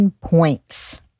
points